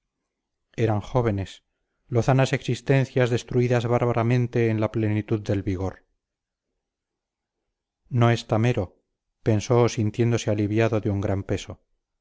eran jóvenes lozanas existencias destruidas bárbaramente en la plenitud del vigor no está mero pensó sintiéndose aliviado de un gran peso